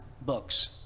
books